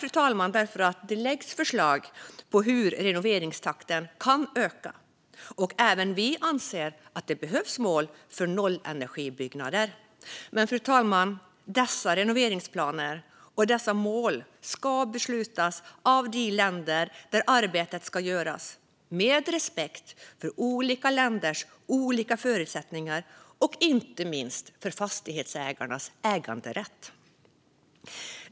Vi välkomnar därför att det läggs fram förslag på hur renoveringstakten kan öka, och även vi anser att det behövs mål för nollenergibyggnader. Men, fru talman, dessa renoveringsplaner och mål ska beslutas av de länder där arbetet ska göras med respekt för olika länders olika förutsättningar och inte minst för fastighetsägarnas äganderätt.